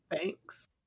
Thanks